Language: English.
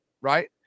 right